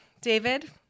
David